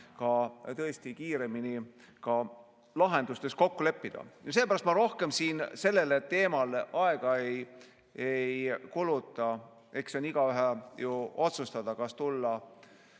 tõesti kiiremini lahendustes kokku leppida. Seepärast ma rohkem sellele teemale aega ei kuluta, see on igaühe otsustada, kas tulla